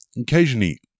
Occasionally